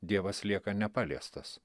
dievas lieka nepaliestas